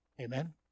Amen